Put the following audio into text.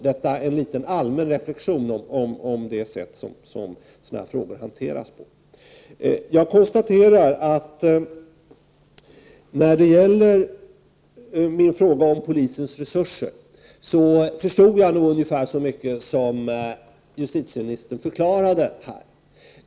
Detta är en liten allmän reflexion över det sätt som sådana här frågor skall hanteras på. När det gäller min fråga om polisens resurser förstod jag nog ungefär så mycket som justitieministern här förklarade.